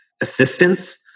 assistance